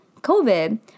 COVID